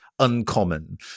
uncommon